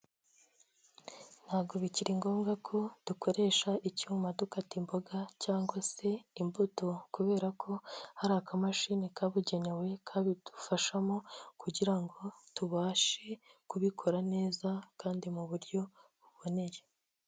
Ntabwo bikiri ngombwa ko dukoresha icyuma dukata imboga cyangwa se imbuto, kubera ko hari akamashini kabugenewe kabidufashamo kugirango tubashe kubikora neza kandi mu buryo buboneye.